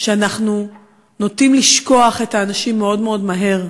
שאנחנו נוטים לשכוח את האנשים מאוד מאוד מהר.